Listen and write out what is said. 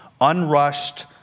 unrushed